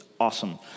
awesome